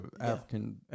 African